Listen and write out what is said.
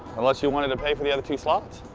unless you wanted to pay for the other two slots.